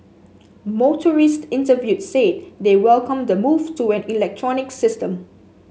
motorists interviewed said they welcome the move to an electronic system